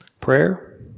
Prayer